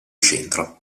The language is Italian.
centro